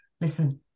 listen